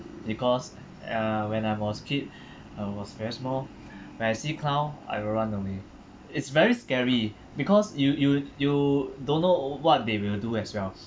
because uh when I was kid I was very small when I see clown I will run away it's very scary because you you you don't know what they will do as well